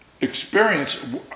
experience